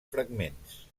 fragments